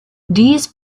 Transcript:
these